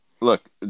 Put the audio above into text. look